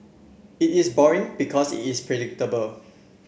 it is boring because it is predictable